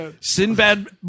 Sinbad